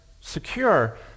secure